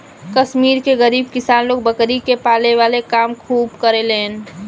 कश्मीर के गरीब किसान लोग बकरी के पाले वाला काम खूब करेलेन